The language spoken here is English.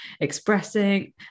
expressing